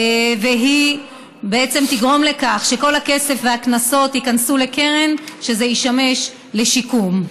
והיא בעצם תגרום לכך שכל הכסף והקנסות ייכנסו לקרן שתשמש לשיקום.